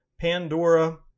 Pandora